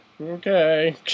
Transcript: Okay